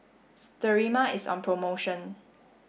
Sterimar is on promotion